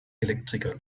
elektriker